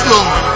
Lord